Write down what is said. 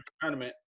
tournament